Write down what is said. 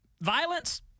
Violence